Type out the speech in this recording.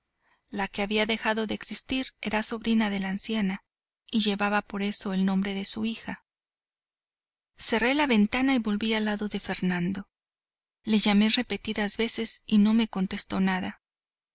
la que había dejado de existir era sobrina de la anciana y llevaba por eso el nombre de su hija cerré la ventana y volví al lado de fernando le llamé repetidas veces y no me contestó nada